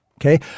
okay